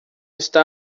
está